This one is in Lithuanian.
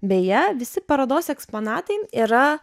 beje visi parodos eksponatai yra